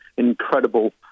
incredible